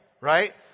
Right